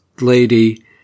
lady